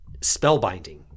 spellbinding